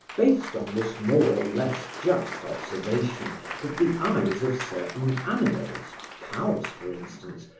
based on this more or less just observation that the eyes of certain animals, cows for instance,